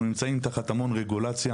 אנחנו נמצאים תחת המון רגולציה,